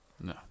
no